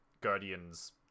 guardians